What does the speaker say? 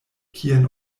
kian